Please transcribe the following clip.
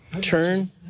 Turn